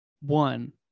one